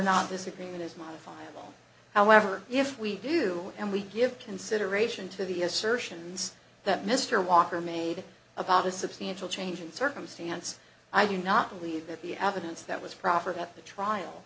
not this agreement is modified however if we do and we give consideration to the assertions that mr walker made about a substantial change in circumstance i do not believe that the evidence that was proffered at the trial